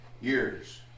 years